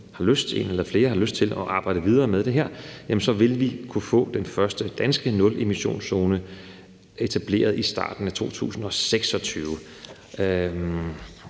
har lyst til at arbejde videre med det her, vil det være realistisk, at vi kan få den første danske nulemissionszone etableret i starten af 2026.